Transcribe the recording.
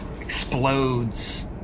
explodes